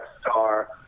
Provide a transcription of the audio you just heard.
Star